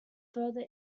further